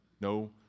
No